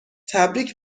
تبریک